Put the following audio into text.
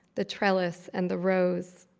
the trellis and the rose.